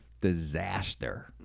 disaster